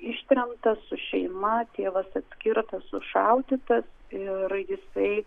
ištremtas su šeima tėvas atskirtas sušaudytas ir jisai